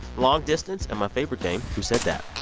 long distance and my favorite game, who said that?